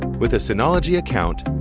with a synology account,